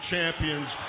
Champions